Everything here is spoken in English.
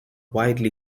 widely